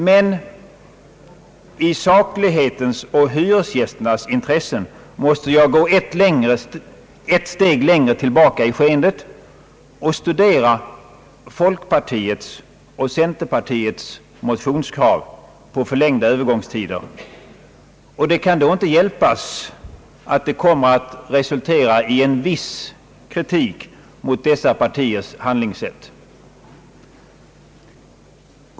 Men i saklighetens och hyresgästernas intressen måste jag gå ett steg längre tillbaka i skeendet och studera folkpartiets och centerpartiets motionskrav på förlängda övergångstider, och det kan då inte hjälpas att detta kommer att resultera i viss kritik mot dessa partiers handlingssätt.